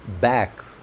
back